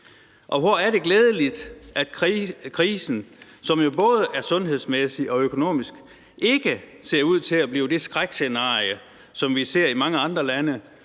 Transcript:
hvor er det glædeligt, at krisen, som jo både er sundhedsmæssig og økonomisk, ikke ser ud til at blive det skrækscenarie, som vi ser i mange andre lande,